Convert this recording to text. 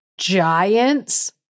Giants